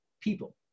people